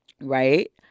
Right